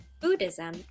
Buddhism